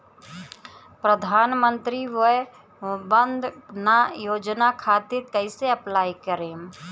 प्रधानमंत्री वय वन्द ना योजना खातिर कइसे अप्लाई करेम?